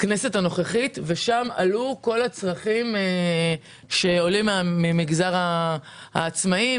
הכנסת הנוכחית ובפגישות אלה עלו כל הצרכים שעולים ממגזר העצמאים,